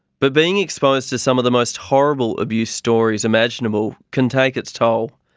but being exposed to some of the most horrible abuse stories imaginable can take its toll.